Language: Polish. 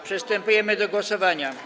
Przystępujemy do głosowania.